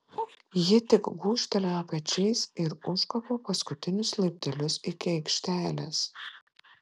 ji tik gūžtelėjo pečiais ir užkopė paskutinius laiptelius iki aikštelės